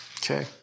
Okay